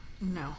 no